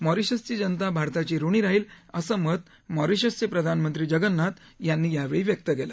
मॉरिशसची जनता भारताची ऋणी राहील असं मत मॉरिशसचे प्रधानमंत्री जगन्नाथ यांनी यावेळी व्यक्त केलं